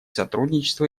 сотрудничество